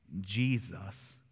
Jesus